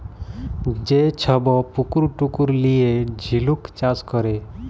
যে ছব পুকুর টুকুর লিঁয়ে ঝিলুক চাষ ক্যরে